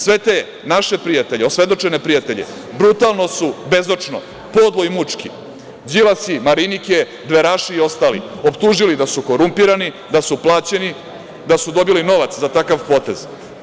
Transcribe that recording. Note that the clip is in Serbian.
Sve te naše prijatelje, osvedočene prijatelje, brutalno su bezočno, podlo i mučki Đilasi, Marinike, dveraši i ostali optužili da su korumpirani, da su plaćeni, da su dobili novac za takav potez.